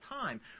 time